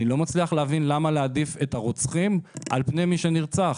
אני לא מצליח להבין למה להעדיף את הרוצחים על פני מי שנרצח.